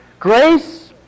Grace